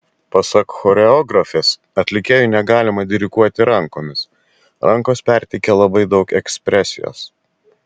pasak choreografės atlikėjui negalima diriguoti rankomis rankos perteikia labai daug ekspresijos